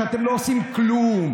שאתם לא עושים כלום.